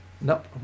Nope